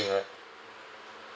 right